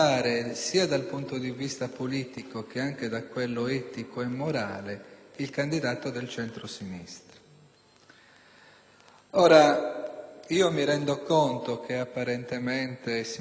Mi rendo conto che apparentemente, signora Presidente, in una società in cui conta la comunicazione - e io sto parlando con